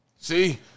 See